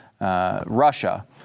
Russia